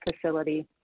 facility